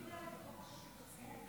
דוד ביטן, יושב-ראש ועדת הכלכלה.